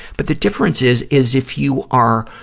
but the difference is is if you are,